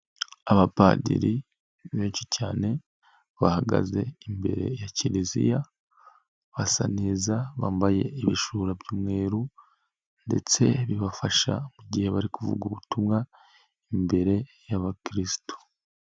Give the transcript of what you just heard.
Abapadiri benshi cyane bahagaze imbere ya kiliziya, basa neza bambaye ibishura by'umweru, ndetse bibafasha mu gihe bari kuvuga ubutumwa imbere y'abakristu.